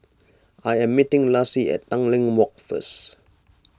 I am meeting Laci at Tanglin Walk first